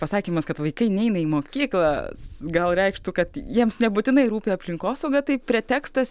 pasakymas kad vaikai neina į mokyklas gal reikštų kad jiems nebūtinai rūpi aplinkosauga tai pretekstas